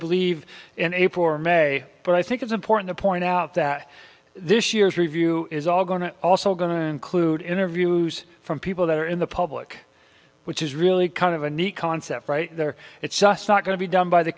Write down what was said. believe in a poor may but i think it's important to point out that this year's review is all going to also going to include interviews from people that are in the public which is really kind of a neat concept right there it's just not going to be done by the